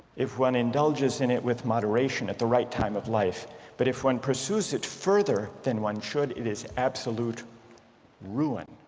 if one indulges in it with moderation at the right time of life but if one pursues it further than one should it is absolute ruin.